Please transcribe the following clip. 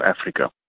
Africa